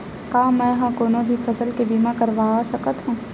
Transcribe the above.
का मै ह कोनो भी फसल के बीमा करवा सकत हव?